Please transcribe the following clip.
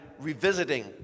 revisiting